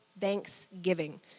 thanksgiving